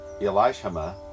Elishama